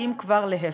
אם כבר אז להפך.